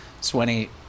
Sweeney